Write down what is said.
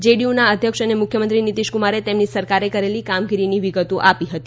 JD યુના અધ્યક્ષ અને મુખ્યમંત્રી નીતિશ કુમારે તેમની સરકારે કરેલી કામગીરીની વિગતો આપી હતી